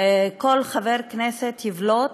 כל חבר כנסת יבלוט